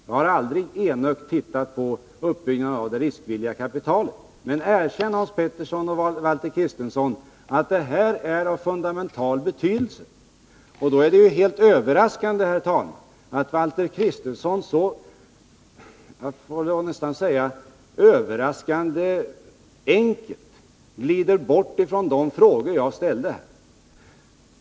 Jag har aldrig enögt sett på uppbyggnaden av det riskvilliga kapitalet. Men erkänn, Hans Petersson och Valter Kristenson, att detta är av fundamental betydelse! Då är det överraskande, herr talman, att Valter Kristenson— jag får nästan säga överraskande enkelt — glider bort ifrån de frågor jag ställde.